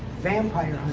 vampire